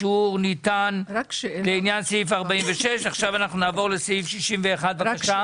רוב הצעת אישור מוסדות ציבור לעניין סעיף 46 לפקודת מס הכנסה,